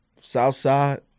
Southside